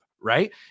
Right